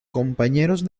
compañeros